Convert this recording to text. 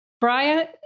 Brian